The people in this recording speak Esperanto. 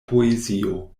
poezio